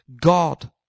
God